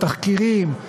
התחקירים,